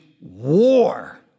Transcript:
war